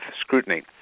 scrutiny